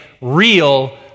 real